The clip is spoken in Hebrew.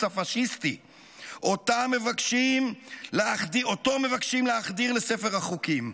הפשיסטי שאותו מבקשים להחדיר לספר החוקים.